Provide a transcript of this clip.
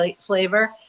flavor